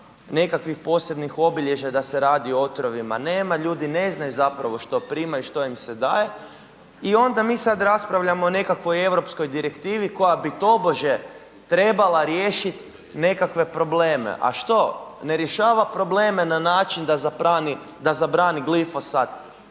nekakvih posebnih obilježja da se radi o otrovima nema, ljudi ne znaju zapravo što primaju i što im se daje i onda mi sad raspravljamo o nekakvoj europskoj direktivi koja bi tobože trebala riješiti nekakve probleme. A što ne rješava probleme na način da zabrani, da